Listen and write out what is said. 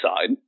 side